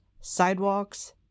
sidewalks